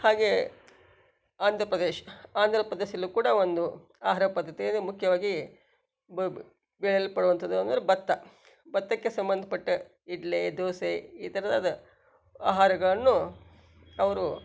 ಹಾಗೇ ಆಂಧ್ರ ಪ್ರದೇಶ್ ಆಂಧ್ರ ಪ್ರದೇಶದಲ್ಲೂ ಕೂಡ ಒಂದು ಆಹಾರ ಪದ್ಧತಿಯಲ್ಲಿ ಮುಖ್ಯವಾಗಿ ಬೇಯಲ್ಪಡುದಂಥದ್ದು ಅಂದರೆ ಭತ್ತ ಭತ್ತಕ್ಕೆ ಸಂಬಂಧಪಟ್ಟ ಇಡ್ಲಿ ದೋಸೆ ಈ ತರಹದ ಆಹಾರಗಳನ್ನು ಅವರು